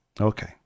Okay